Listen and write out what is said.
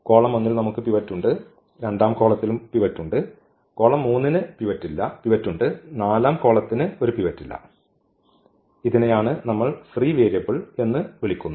column 1 ൽ നമുക്ക് pivot ഉണ്ട് 2 ആം കോളത്തിലും നമുക്ക് പിവറ്റ് ഉണ്ട് കോളം 3 ന് ഒരു പിവറ്റ് ഉണ്ട് 4 ആം കോളത്തിന് ഒരു പിവറ്റ് ഇല്ല ഇതിനെയാണ് നമ്മൾ ഫ്രീ വേരിയബിൾ എന്ന് വിളിക്കുന്നത്